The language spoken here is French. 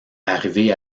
arriver